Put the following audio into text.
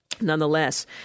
Nonetheless